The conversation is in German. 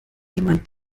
jemand